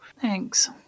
Thanks